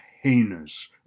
heinous